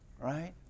Right